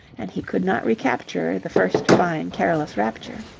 and he could not recapture the first fine careless rapture.